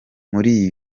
muri